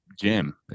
gym